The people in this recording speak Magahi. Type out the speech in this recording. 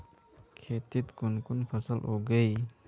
खेतीत कुन कुन फसल उगेई?